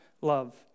love